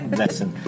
lesson